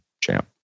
champ